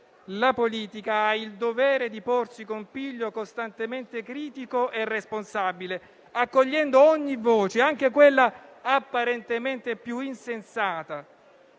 la politica ha il dovere di porsi con piglio costantemente critico e responsabile, accogliendo ogni voce, anche quella apparentemente più insensata,